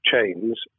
chains